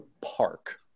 park